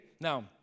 Now